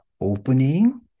opening